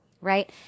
right